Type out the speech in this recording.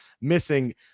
missing